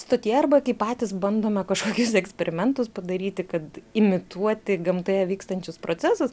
stotyje arba kai patys bandome kažkokius eksperimentus padaryti kad imituoti gamtoje vykstančius procesus